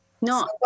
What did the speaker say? No